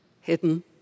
hidden